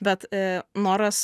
bet e noras